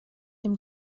dem